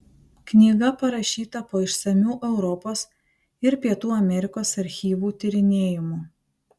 knyga parašyta po išsamių europos ir pietų amerikos archyvų tyrinėjimų